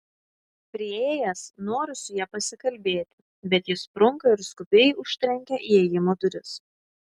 priėjęs noriu su ja pasikalbėti bet ji sprunka ir skubiai užtrenkia įėjimo duris